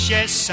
Yes